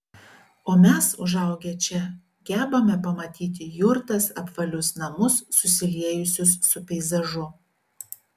o mes užaugę čia gebame pamatyti jurtas apvalius namus susiliejusius su peizažu